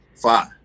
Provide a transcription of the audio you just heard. Five